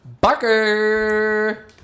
Barker